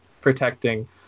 protecting